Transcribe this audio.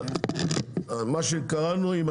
אישור הצעת החוק לקריאה ראשונה כפי שהוקראה עם התיקונים?